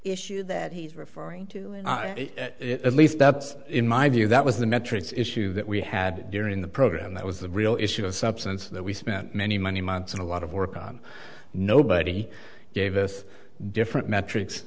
issue that he's referring to at least that's in my view that was the metrics issue that we had during the program that was the real issue of substance that we spent many many months and a lot of work on nobody gave us different metrics